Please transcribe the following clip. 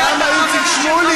למה שלי יחימוביץ,